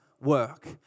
work